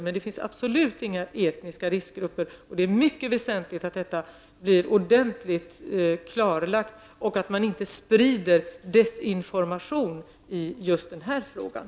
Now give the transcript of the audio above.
Men det finns absolut inga etniska riskgrupper. Det är mycket väsentligt att detta blir ordentligt klarlagt och att man inte sprider desinformation i just den här frågan.